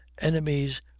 enemies